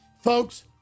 Folks